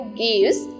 gives